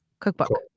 Cookbook